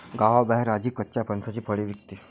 गावाबाहेर आजी कच्च्या फणसाची फळे विकते